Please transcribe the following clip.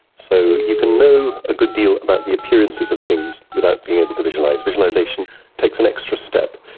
so you can know a good deal about the appearances of things without being able to visualise. visualisation takes an extra step.